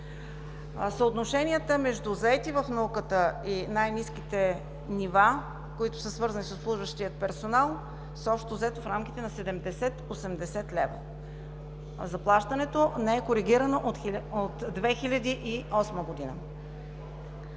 Съотношенията между заети в науката и най-ниските нива, които са свързани с обслужващия персонал, са общо взето в рамките на 70 80 лв., а заплащането не е коригирано от 2008 г.